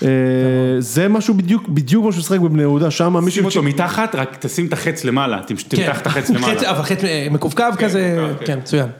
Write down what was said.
זה משהו בדיוק, בדיוק כמו ששחק בבני יהודה, שם מישהו... שים אותו מתחת, רק תשים את החץ למעלה, תמתח את החץ למעלה. חץ מקווקו כזה, כן, מצוין.